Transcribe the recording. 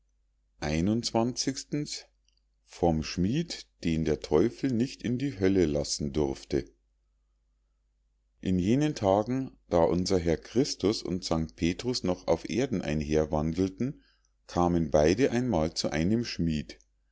vom schmied den der teufel nicht in die hölle lassen durfte in jenen tagen da unser herr christus und st petrus noch auf erden einherwandelten kamen beide einmal zu einem schmied